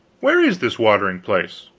where is this watering place?